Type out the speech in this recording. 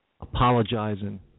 apologizing